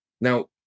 Now